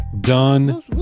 done